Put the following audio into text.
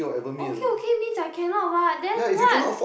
okay okay means I cannot what then what